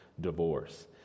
divorce